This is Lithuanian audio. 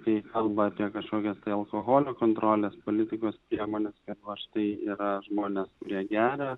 kai kalba apie kažkokias tai alkoholio kontrolės politikos priemones kad va štai yra žmonės kurie geria